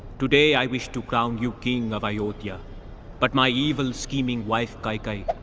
today i wish to crown you king of ayodhya but my evil scheming wife kaikeyi